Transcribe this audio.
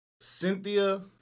Cynthia